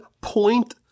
point